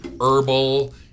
herbal